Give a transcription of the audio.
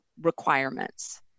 requirements